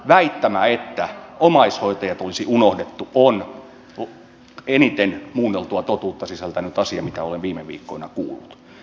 väittämä että omaishoitajat olisi unohdettu on eniten muunneltua totuutta sisältänyt asia mitä olen viime viikkoina kuullut